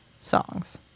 songs